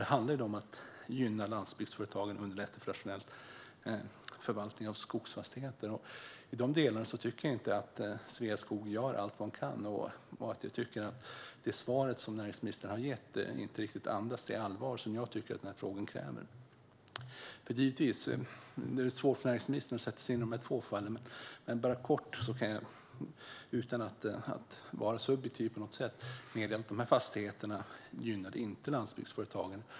Det handlar alltså om att gynna landsbygdsföretagen och underlätta rationell förvaltning av skogsfastigheter. I dessa delar tycker jag inte att Sveaskog gör allt de kan. Det svar som näringsministern har gett andas inte riktigt det allvar som jag tycker att frågan kräver. Det är givetvis svårt för näringsministern att sätta sig in i de två fall jag tar upp. Men jag kan kort och utan att på något sätt vara subjektiv meddela att dessa fastigheter inte gynnar landsbygdsföretagen.